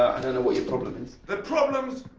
i don't know what your problem is. the problem,